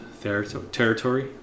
territory